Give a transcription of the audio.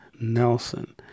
Nelson